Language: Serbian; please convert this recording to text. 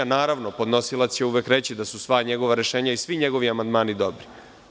Naravno, podnosilac će uvek reći da su sva njegova rešenja i svi njegovi amandmani dobri.